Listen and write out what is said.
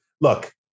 look